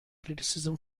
criticism